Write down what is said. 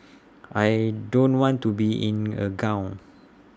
I don't want to be in A gown